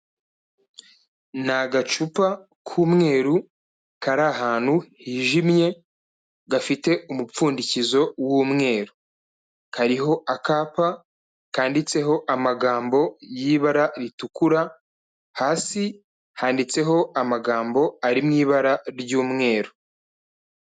Ni agacupa k'umweru kari ahantu hijimye, gafite umupfundikizo w'umweru. Kariho akapa kanditseho amagambo y'ibara ritukura, hasi handitseho amagambo ari mu ibara ry'umweru.